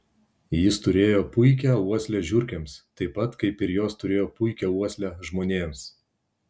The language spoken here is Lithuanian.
jis turėjo puikią uoslę žiurkėms taip pat kaip ir jos turėjo puikią uoslę žmonėms